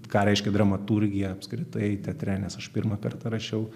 ką reiškia dramaturgija apskritai teatre nes aš pirmą kartą rašiau